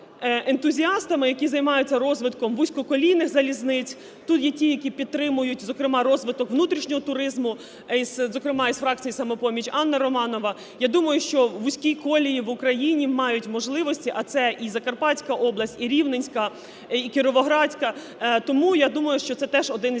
ентузіастами, які займаються розвитком вузькоколійних залізниць, тут є ті, які підтримають, зокрема, розвиток внутрішнього туризму, зокрема, із фракції "Самопоміч" Анна Романова. Я думаю, що вузькі колії в Україні мають можливості, а це і Закарпатська область, і Рівненська, і Кіровоградська. Тому, я думаю, що це теж один із